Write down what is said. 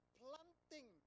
planting